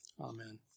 Amen